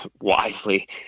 wisely